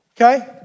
Okay